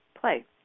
play